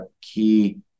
key